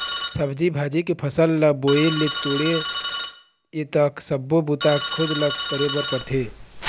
सब्जी भाजी के फसल ल बोए ले तोड़े तक सब्बो बूता खुद ल करे बर परथे